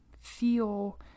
feel